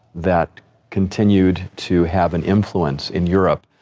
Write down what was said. that continued to have an influence in europe,